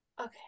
Okay